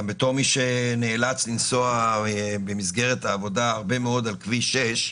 בתור מי שנאלץ לנסוע במסגרת העבודה הרבה מאוד על כביש 6,